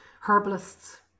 herbalists